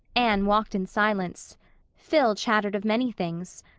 anne walked in silence phil chattered of many things.